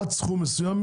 עד סכום מסוים,